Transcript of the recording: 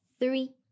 three